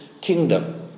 kingdom